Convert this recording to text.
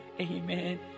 amen